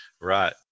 right